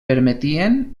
permetien